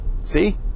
see